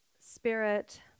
Spirit